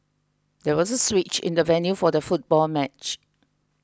there was a switch in the venue for the football match